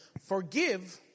Forgive